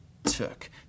took